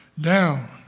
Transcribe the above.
down